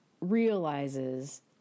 realizes